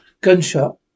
Gunshot